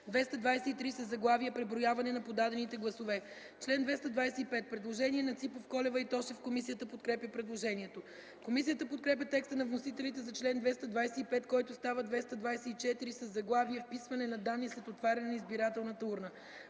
223 със заглавие „Преброяване на подадените гласове”. Член 225 – предложение на Ципов, Колева и Тошев. Комисията подкрепя предложението. Комисията подкрепя текста на вносителите за чл. 225, който става чл. 224 със заглавие „Вписване на данни след отваряне на избирателната урна”.